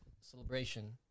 celebration